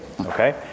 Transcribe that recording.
okay